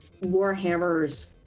warhammers